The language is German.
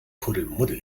kuddelmuddel